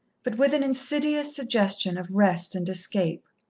but with an insidious suggestion of rest and escape.